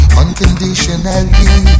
unconditionally